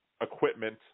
equipment